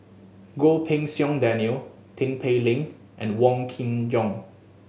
Goh Pei Siong Daniel Tin Pei Ling and Wong Kin Jong